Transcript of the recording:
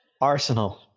Arsenal